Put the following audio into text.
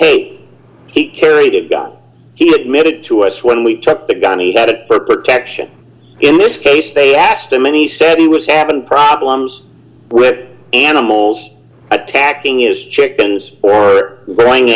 hey he carried a gun he admitted to us when we took the gun he had it for protection in this case they asked him and he said he was having problems with animals attacking is chickens or were going